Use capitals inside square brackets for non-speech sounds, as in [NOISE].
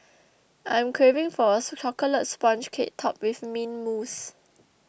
I am craving [UNINTELLIGIBLE] a Chocolate Sponge Cake Topped with Mint Mousse